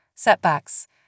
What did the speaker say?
Setbacks